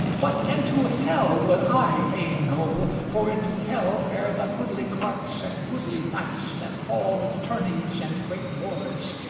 but into hell would i fain go for into hell fare the goodly clerks, and goodly knights that fall in tourneys and great wars,